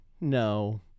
no